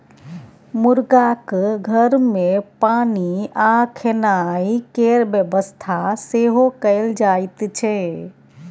मुरगाक घर मे पानि आ खेनाइ केर बेबस्था सेहो कएल जाइत छै